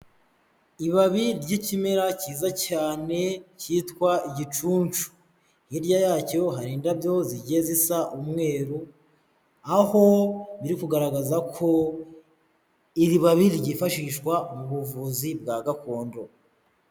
Ibabi by'ikimera cyiza cyane kitwa igicuncu, hirya yacyo hari indabyo zigiye zisa umweru, aho biri kugaragaza ko iri babi ryifashishwa mu buvuzi bwa gakondo.